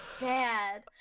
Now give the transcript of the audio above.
bad